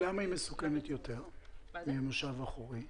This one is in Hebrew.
למה הישיבה במושב הקדמי מסוכנת יותר מאשר במושב האחורי?